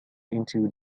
into